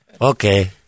Okay